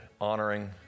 honoring